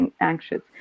anxious